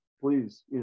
please